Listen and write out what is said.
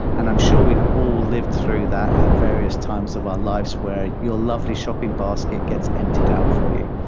and i'm sure we've all lived through that at various times of our lives where your lovely shopping basket gets emptied out for you.